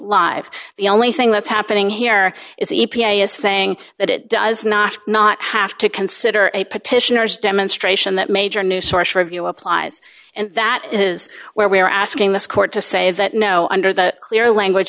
be live the only thing that's happening here is the e p a is saying that it does not not have to consider a petitioner's demonstration that major new source review applies and that is where we are asking this court to say that no under the clear language